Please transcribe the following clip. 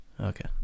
Okay